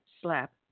Slap